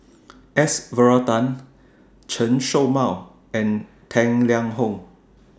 S Varathan Chen Show Mao and Tang Liang Hong